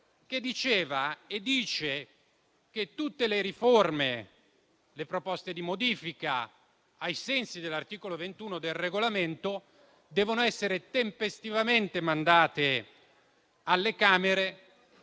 che dice che tutte le riforme e le proposte di modifica, ai sensi dell'articolo 21 del Regolamento (UE) 2021/241, devono essere tempestivamente mandate alle Camere